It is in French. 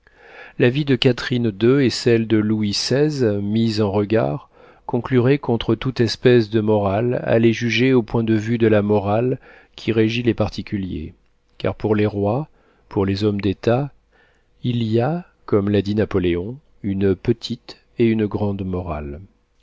la vie de catherine ii et celle de louis xiv mises en regard concluraient contre toute espèce de morale à les juger au point de vue de la morale qui régit les particuliers car pour les rois pour les hommes d'etat il y a comme l'a dit napoléon une petite et une grande morale